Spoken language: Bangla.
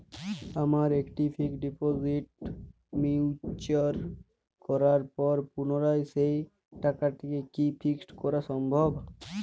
আমার একটি ফিক্সড ডিপোজিট ম্যাচিওর করার পর পুনরায় সেই টাকাটিকে কি ফিক্সড করা সম্ভব?